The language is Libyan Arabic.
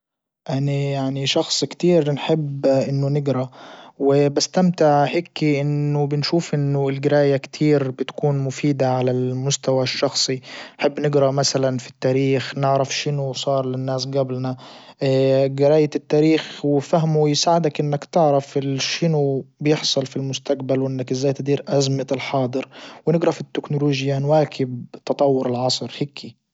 اني يعني شخص كتير نحب انه نجرا وبستمتع هيكي انه بنشوف انه الجراية كتير بتكون مفيدة على المستوى الشخصي بنحب نجرا مثلا في التاريخ نعرف شنو صار للناس جبلنا جراية التاريخ وفهمه يساعدك انك تعرف الشينو بيحصل في المستجبل وانك ازاي تدير ازمة الحاضر ونجرا في التكنولوجيا نواكب التطور العصري هيكي.